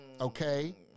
Okay